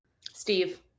Steve